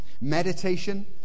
Meditation